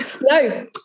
No